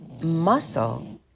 muscle